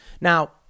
Now